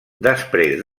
després